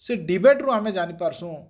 ସେଇ ଡିବେଟ୍ରୁ ଆମେ ଜାଣିପାରୁସୁଁ